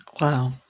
Wow